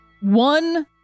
one